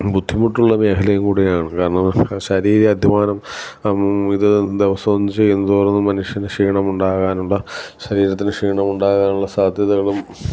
ബുദ്ധിമുട്ടുള്ള മേഖലയുംകൂടെയാണ് കാരണം ശരീരധ്വാനം ഇത് ദിവസവും ഒന്ന് ചെയ്യുന്നതോളം മനുഷ്യന് ക്ഷീണമുണ്ടാകാനുള്ള ശരീരത്തിന് ക്ഷീണമുണ്ടാകാനുള്ള സാധ്യതകളും